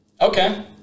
Okay